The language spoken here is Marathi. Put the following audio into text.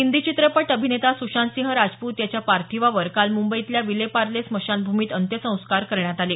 हिंदी चित्रपट अभिनेता सुशांतसिंह राजपूत यांच्या पार्थिवावर काल मुंबईतल्या विलेपार्ले स्मशानभूमीत अंत्यसंस्कार करण्यात आले